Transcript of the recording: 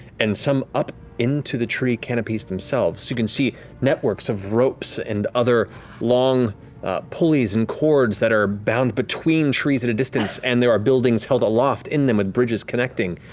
and some up into the tree canopies themselves, so you can see networks of ropes and other long pulleys and cords that are bound between trees at a distance, and there are buildings held aloft in them with bridges connecting.